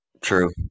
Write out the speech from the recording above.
true